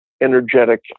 energetic